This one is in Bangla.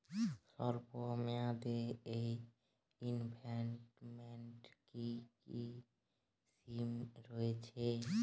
স্বল্পমেয়াদে এ ইনভেস্টমেন্ট কি কী স্কীম রয়েছে?